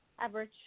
Average